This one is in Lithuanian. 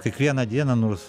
kiekvieną dieną nors